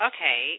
Okay